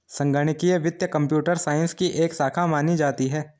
संगणकीय वित्त computer science की एक शाखा मानी जाती है